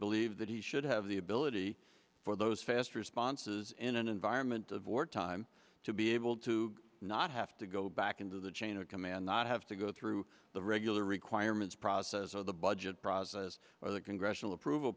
believe that he should have the ability for those fast responses in an environment of war time to be able to not have to go back into the chain of command not have to go through the regular requirements process or the budget process or the congressional approval